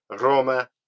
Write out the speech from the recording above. Roma